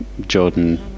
jordan